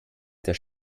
das